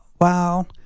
Wow